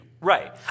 Right